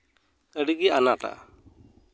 ᱟᱹᱰᱤᱜᱮ ᱟᱱᱟᱴᱟ